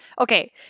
okay